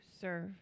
serve